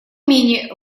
менее